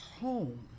home